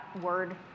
word